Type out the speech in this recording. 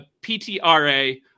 PTRA